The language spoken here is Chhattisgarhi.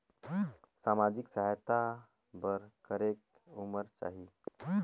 समाजिक सहायता बर करेके उमर चाही?